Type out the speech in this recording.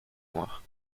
noirs